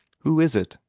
who is it?